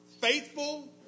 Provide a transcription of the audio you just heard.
faithful